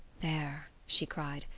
there, she cried,